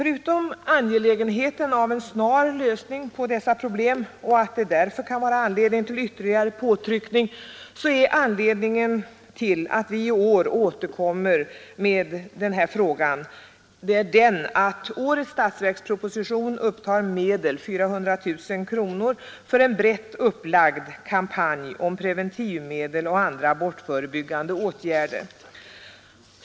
Anledningen till att vi i år återkommer med den här frågan är — förutom att det är angeläget att få en snar lösning av detta problem och att ytterligare påtryckning därför behövs — att det i årets statsverksproposition föreslås ett anslag på 400 000 kronor för en brett upplagd kampanj om preventivmedel och andra abortförebyggande åtgärder.